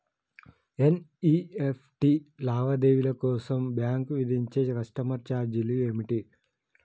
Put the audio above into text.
NEFT లావాదేవీల కోసం bank విధించే కస్టమర్ ఛార్జీలు ఏమిటి?